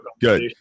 Good